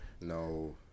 No